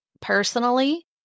personally